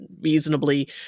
reasonably